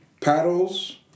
paddles